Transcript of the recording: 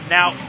Now